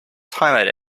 time